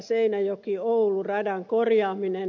seinäjokioulu radan korjaaminen